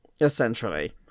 Essentially